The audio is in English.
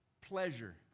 pleasure